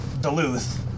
Duluth